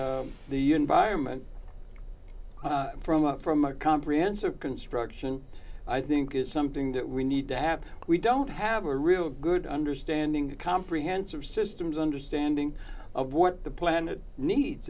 the environment from up from a comprehensive construction i think is something that we need to have we don't have a real good understanding of comprehensive systems understanding of what the planet needs